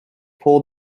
pull